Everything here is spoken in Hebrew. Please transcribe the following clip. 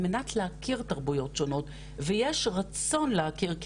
על מנת להכיר תרבויות שונות ויש רצון להכיר,